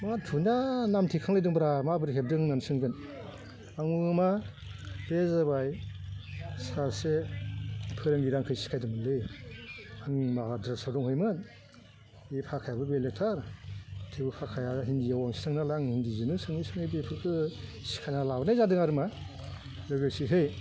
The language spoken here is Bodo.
मा धुनिया नाम थिखांनायदोंब्रा माबोरै हेबदों होन्नानै सोंगोन आङो मा बे जाबाय सासे फोरोंगिरिया आंखौ सिखायदोंमोनलै आं माद्रासआव दंहैयोमोन बे भाखायाबो बेलेगथार थेवबो भाखाया हिन्दीयाव बांसिन थाङो नालाय आं हिन्दीजोंनो सोङै सोङै बेफोरखौ सिखायनानै लाबोनाय जादों आरोमा लोगोसेहै